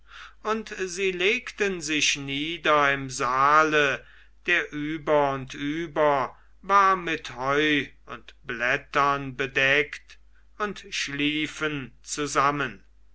und sie legten sich nieder im saale der über und über war mit heu und blättern bedeckt und schliefen zusammen